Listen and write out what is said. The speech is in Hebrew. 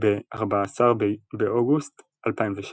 ב-14 באוגוסט 2006